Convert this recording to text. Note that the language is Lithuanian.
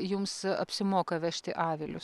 jums apsimoka vežti avilius